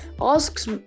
Asks